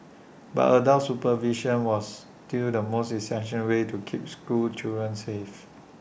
but adult supervision was still the most essential way to keep school children safe